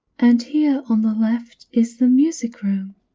and here on the left, is the music room.